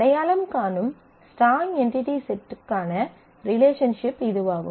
அடையாளம் காணும் strong entity செட்க்கான ரிலேஷன்ஷிப் இதுவாகும்